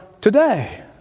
today